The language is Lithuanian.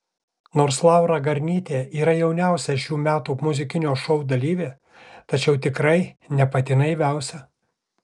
nors laura garnytė yra jauniausia šių metų muzikinio šou dalyvė tačiau tikrai ne pati naiviausia